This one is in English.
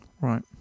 Right